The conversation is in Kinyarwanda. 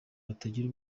batagira